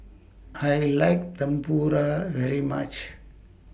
I like Tempura very much